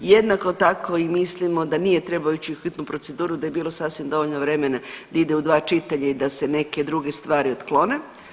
Jednako tako i mislimo da nije trebao ići u hitnu proceduru da je bilo sasvim dovoljno vremena da ide u dva čitanja i da se neke druge stvari otklone.